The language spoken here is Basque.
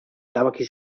erabaki